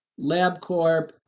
LabCorp